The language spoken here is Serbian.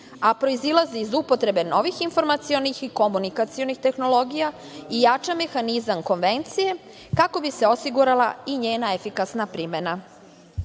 a proizilazi iz upotrebe novih informacionih i komunikacionih tehnologija i jača mehanizam Konvencije, kako bi se osigurala i njena efikasna